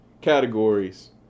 categories